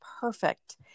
perfect